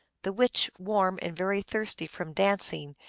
the witch, warm and very thirsty from dancing,